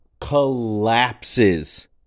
collapses